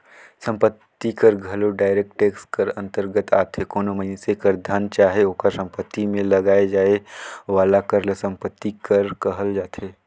संपत्ति कर घलो डायरेक्ट टेक्स कर अंतरगत आथे कोनो मइनसे कर धन चाहे ओकर सम्पति में लगाए जाए वाला कर ल सम्पति कर कहल जाथे